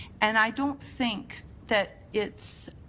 and i don't think that it's